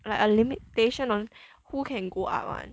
a limit like a limitation on who can go up [one]